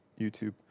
YouTube